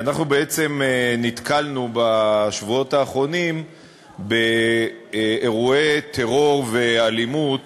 אנחנו בעצם נתקלנו בשבועות האחרונים באירועי טרור ואלימות